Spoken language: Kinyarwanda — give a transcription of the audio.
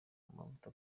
amavuta